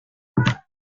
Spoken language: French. mais